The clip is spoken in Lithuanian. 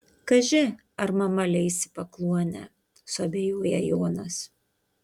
kaži ar mama leis į pakluonę suabejoja jonas